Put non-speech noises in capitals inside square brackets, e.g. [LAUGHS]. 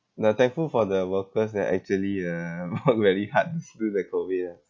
we're thankful for the workers that actually uh [LAUGHS] work very hard through the COVID ah